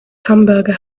hamburger